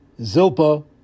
Zilpa